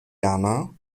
erna